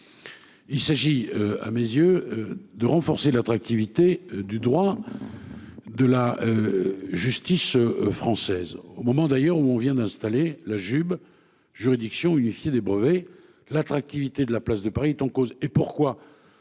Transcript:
Il s'agit, à mes yeux. De renforcer l'attractivité du droit. De la. Justice française au moment d'ailleurs où on vient d'installer la jupe juridiction unifiée des brevets, l'attractivité de la place de Paris est en cause et pourquoi